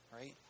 right